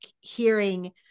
hearing